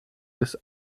des